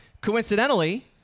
Coincidentally